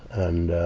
and,